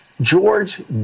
George